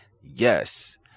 Yes